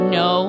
no